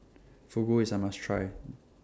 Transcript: Fugu IS A must Try